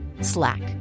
Slack